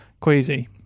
queasy